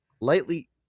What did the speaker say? lightly